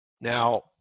Now